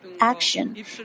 action